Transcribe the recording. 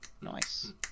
Nice